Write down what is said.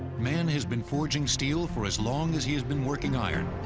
man has been forging steel for as long as he has been working iron.